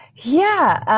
yeah,